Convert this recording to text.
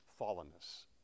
fallenness